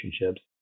relationships